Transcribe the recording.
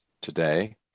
today